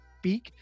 speak